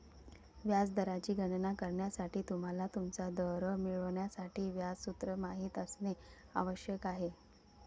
व्याज दराची गणना करण्यासाठी, तुम्हाला तुमचा दर मिळवण्यासाठी व्याज सूत्र माहित असणे आवश्यक आहे